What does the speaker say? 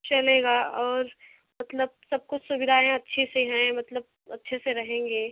चलेगा और मतलब सब कुछ सुविधाएँ अच्छी से हैं मतलब अच्छे से रहेंगे